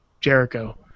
Jericho